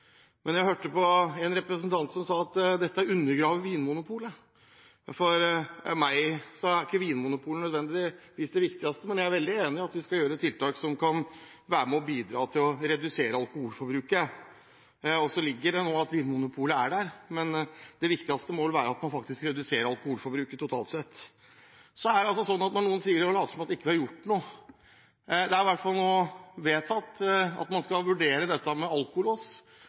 men jeg hørte en representant som sa at dette undergraver Vinmonopolet. For meg er ikke Vinmonopolet nødvendigvis det viktigste, men jeg er veldig enig i at vi skal ha tiltak som kan bidra til å redusere alkoholforbruket. I det ligger det også at Vinmonopolet er der, men det viktigste må vel være at man faktisk reduserer alkoholforbruket totalt sett. Noen later som om vi ikke har gjort noe. Det er i hvert fall nå vedtatt at man skal vurdere dette med alkolås